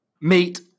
meet